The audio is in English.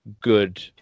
good